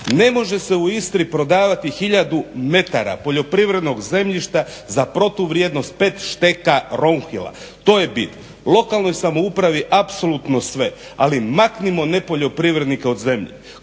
Ne može se u Istri prodavati hiljadu metara poljoprivrednog zemljišta za protuvrijednost 5 šteka Ronhila. To je bit. Lokalnoj samoupravi apsolutno sve, ali maknimo nepoljoprivrednike od zemlje.